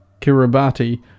Kiribati